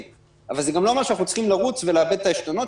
אבל זה גם לא אומר שאנחנו צריכים לרוץ ולאבד את העשתונות